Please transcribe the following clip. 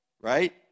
right